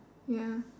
ya